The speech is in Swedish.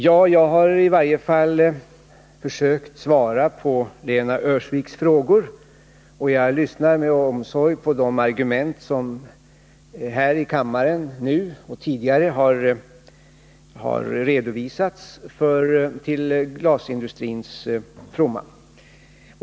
Jag har i varje fall försökt svara på Lena Öhrsviks frågor, och jag lyssnar med omsorg på de argument som här i kammaren nu och tidigare har redovisats till glasindustrins fromma.